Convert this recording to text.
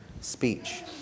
speech